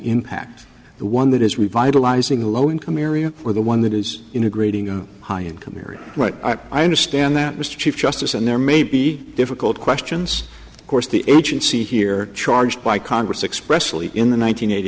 impact the one that is revitalizing a low income area for the one that is integrating a high income area right i understand that mr chief justice and there may be difficult questions of course the agency here charged by congress expressly in the one nine hundred eighty